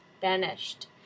vanished